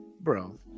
Bro